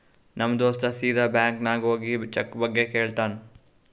ನಮ್ ದೋಸ್ತ ಸೀದಾ ಬ್ಯಾಂಕ್ ನಾಗ್ ಹೋಗಿ ಚೆಕ್ ಬಗ್ಗೆ ಕೇಳ್ತಾನ್